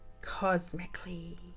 cosmically